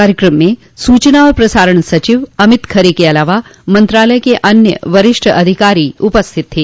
कार्यक्रम में सूचना और प्रसारण सचिव अमित खर के अलावा मंत्रालय के अन्य वरिष्ठ अधिकारी उपस्थित थे